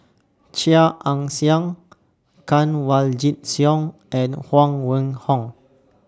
Chia Ann Siang Kanwaljit Soin and Huang Wenhong